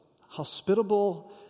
hospitable